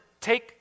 take